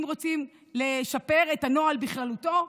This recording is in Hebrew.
אם רוצים לשפר את הנוהל בכללותו,